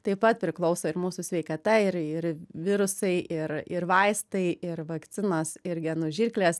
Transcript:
taip pat priklauso ir mūsų sveikata ir ir virusai ir ir vaistai ir vakcinos ir genų žirklės